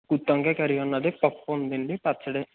గుత్తి వంకాయ కర్రీ ఉన్నాది పప్పు ఉందండి పచ్చడి